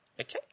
Okay